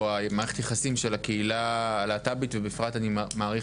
מערכת היחסים של הקהילה הלה"טבית ואני מעריך